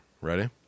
Ready